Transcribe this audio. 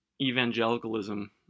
evangelicalism